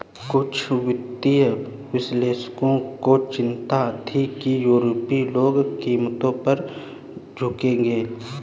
कुछ वित्तीय विश्लेषकों को चिंता थी कि यूरोपीय लोग कीमतों पर झुकेंगे